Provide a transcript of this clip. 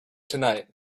tonight